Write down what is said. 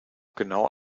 genau